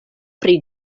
pri